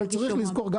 אבל צריך לזכור,